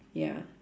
ya